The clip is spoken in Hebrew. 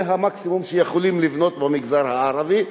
זה המקסימום שיכולים לבנות במגזר הערבי.